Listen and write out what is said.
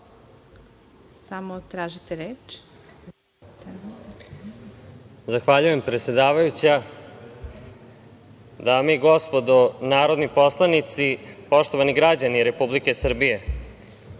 Palalić** Zahvaljujem, predsedavajuća. Dame i gospodo narodni poslanici, poštovani građani Republike Srbije,